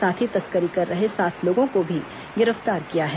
साथ ही तस्करी कर रहे सात लोगों को भी गिरफ्तार किया है